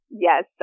Yes